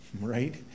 right